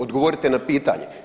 Odgovorite na pitanje.